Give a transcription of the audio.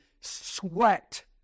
sweat